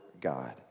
God